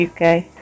UK